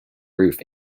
roof